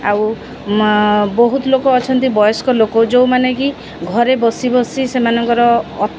ଆଉ ବହୁତ ଲୋକ ଅଛନ୍ତି ବୟସ୍କ ଲୋକ ଯେଉଁମାନେକି ଘରେ ବସି ବସି ସେମାନଙ୍କର